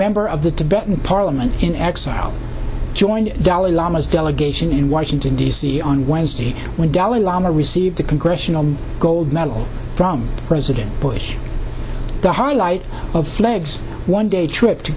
member of the tibetan parliament in exile joined the dalai lama's delegation in washington d c on wednesday when dalai lama received the congressional gold medal from president bush the highlight of flags one day trip to